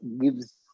gives